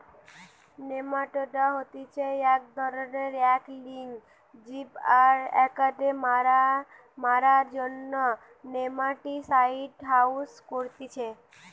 nematoda হতিছে এক ধরণেরএক লিঙ্গ জীব আর এটাকে মারার জন্য নেমাটিসাইড ইউস করতিছে